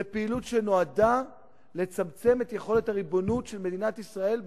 זאת פעילות שנועדה לצמצם את יכולת הריבונות של מדינת ישראל בירושלים.